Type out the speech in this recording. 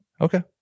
Okay